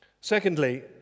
Secondly